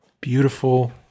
beautiful